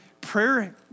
Prayer